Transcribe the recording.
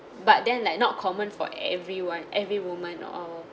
but then like not common for everyone every woman or